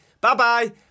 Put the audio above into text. bye-bye